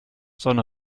sonne